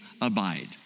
abide